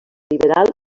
liberal